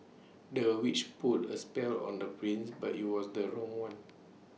the witch put A spell on the prince but IT was the wrong one